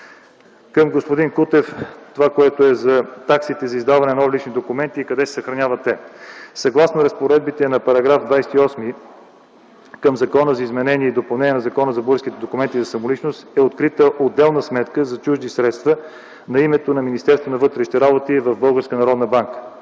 Към господин Кутев: за таксите за издаване на нови лични документи и къде се съхраняват те? Съгласно разпоредбите на § 28 към Закона за изменение и допълнение на Закона за българските документи за самоличност е открита отделна сметка за чужди средства на името на Министерството на вътрешните работи в